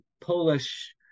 Polish